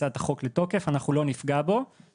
אנחנו פותחים את הדיון בפרק ה'.